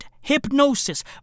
hypnosis